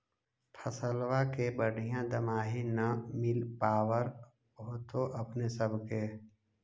फसलबा के बढ़िया दमाहि न मिल पाबर होतो अपने सब के?